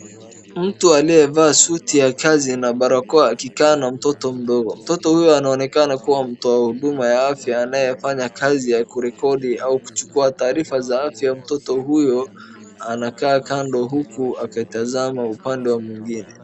Mtu aliyevaa suti ya kazi na barakoa akikaa na mtoto mdogo. Mtoto huyu anaonekana kuwa mtoa huduma ya afya anayefanya kazi ya kurekodi au kuchukua taarifa za afya ya mtoto huyo anakaaa kando huku akitazama upande mwingine.